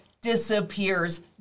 disappears